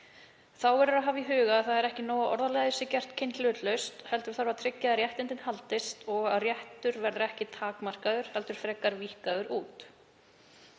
Þá verður að hafa í huga að ekki er nóg að orðalagið sé gert kynhlutlaust, heldur þarf að tryggja að réttindin haldist og að réttur verði ekki takmarkaður heldur frekar víkkaður út.